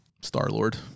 Star-Lord